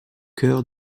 cœur